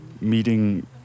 meeting